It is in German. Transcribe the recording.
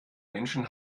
menschen